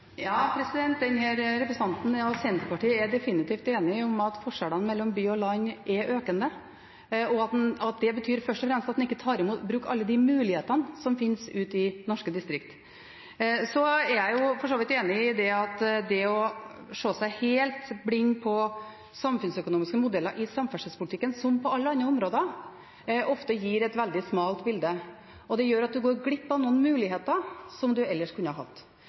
Ja, denne representanten og Senterpartiet er definitivt enig i at forskjellene mellom by og land er økende, og at det først og fremst betyr at en ikke tar i bruk alle de mulighetene som finnes ute i norske distrikter. Jeg er for så vidt enig i at det å se seg helt blind på samfunnsøkonomiske modeller i samferdselspolitikken – som på alle andre områder – ofte gir et veldig smalt bilde. Det gjør at en går glipp av noen muligheter som en ellers kunne hatt.